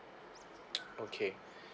okay